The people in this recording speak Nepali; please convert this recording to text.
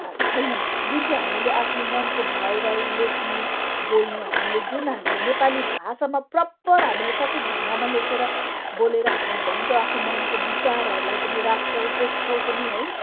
छैन जुन चाहिँ हामीले आफ्नो मनको भावलाई लेख्नु बोल्नु हामीले जुन हामीले नेपाली भाषामा प्रपर हामीले सठिक ढङ्गमा लेखेर बोलेर हामी भन्छ आफ्नो मनको विचारहरूलाई पनि राख्छौँ पोख्छौँ पनि है